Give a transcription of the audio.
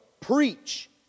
preach